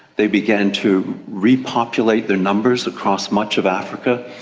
they began to repopulate their numbers across much of africa.